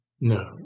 No